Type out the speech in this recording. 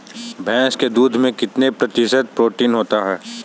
भैंस के दूध में कितना प्रतिशत प्रोटीन होता है?